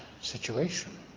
situation